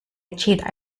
achieved